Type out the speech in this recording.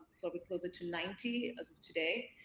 so but closer to ninety as of today.